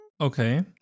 okay